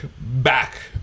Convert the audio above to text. back